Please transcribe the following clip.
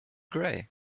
gray